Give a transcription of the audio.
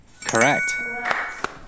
correct